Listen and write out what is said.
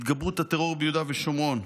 התגברות הטרור ביהודה ושומרון.